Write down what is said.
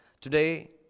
Today